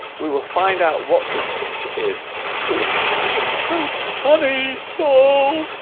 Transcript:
we will find out what this picture is it's just so funny oh